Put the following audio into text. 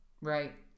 right